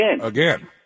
again